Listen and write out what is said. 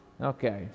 Okay